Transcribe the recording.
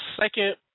second